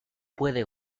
puede